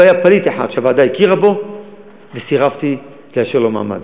לא היה פליט אחד שהוועדה הכירה בו וסירבתי לאשר לו מעמד.